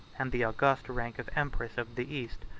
and the august rank of empress of the east.